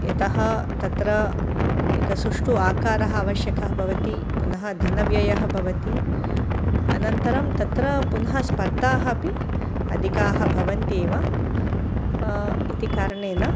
यतः तत्र एकः सुष्ठु आकारः आवश्यकः भवति पुनः धनव्ययः भवति अनन्तरं तत्र पुनः स्पर्धाः अपि अधिकाः भवन्ति एव इति कारणेन